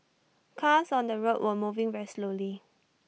cars on the road were moving very slowly